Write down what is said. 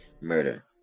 murder